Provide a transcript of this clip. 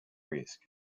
risk